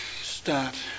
start